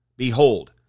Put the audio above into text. Behold